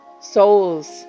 souls